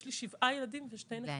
אסתר: יש לי שבעה ילדים ושני נכדים.